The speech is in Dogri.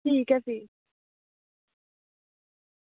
ठीक ऐ फिर